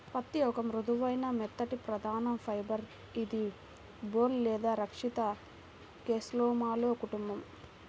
పత్తిఒక మృదువైన, మెత్తటిప్రధానఫైబర్ఇదిబోల్ లేదా రక్షిత కేస్లోమాలో కుటుంబం